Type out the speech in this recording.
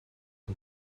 een